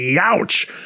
ouch